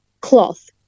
cloth